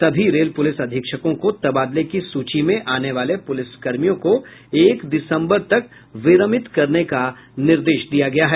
सभी rail police अधीक्षकों को तबादले की सूची में आने वाले पूलिस कर्मियों को एक दिसंबर तक विरमित करने का निदेश दिया गया है